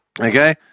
Okay